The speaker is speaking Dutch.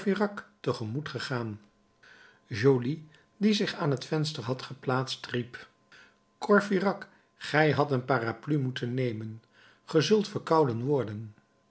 tegemoet gegaan joly die zich aan het venster had geplaatst riep courfeyrac gij hadt een parapluie moeten nemen ge zult verkouden worden